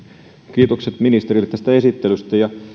kiitokset ministerille tästä esittelystä ja myös